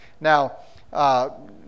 Now